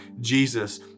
Jesus